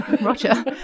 Roger